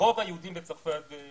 רוב היהודים בצרפת,